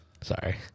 Sorry